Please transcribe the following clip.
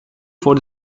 for